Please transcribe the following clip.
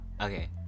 Okay